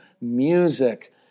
music